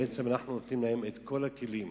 בעצם אנחנו נותנים להם את כל הכלים,